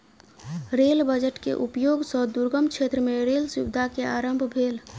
rail budget के उपयोग सॅ दुर्गम क्षेत्र मे रेल सुविधा के आरम्भ भेल